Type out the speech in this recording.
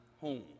home